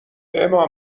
اما